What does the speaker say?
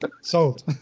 Sold